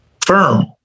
firm